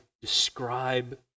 describe